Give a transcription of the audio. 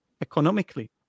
economically